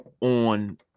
on